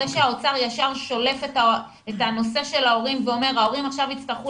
זה שהאוצר ישר שולף את הנושא של ההורים ואומר: ההורים עכשיו יצטרכו